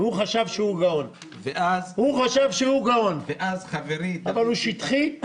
הוא חשב שהוא גאון אבל הוא שטחי.